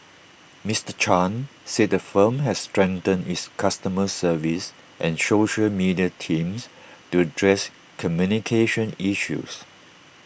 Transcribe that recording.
Miter chan said the firm has strengthened its customer service and social media teams to address communication issues